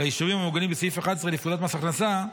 ליישובים המעוגנים בסעיף 11 לפקודת מס הכנסה,